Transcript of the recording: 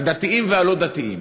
הדתיים והלא-דתיים.